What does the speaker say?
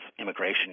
immigration